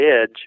Edge